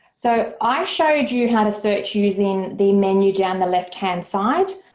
so i showed you you how to search using the menu down the left hand side.